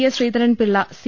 S Sreedharan Pillai C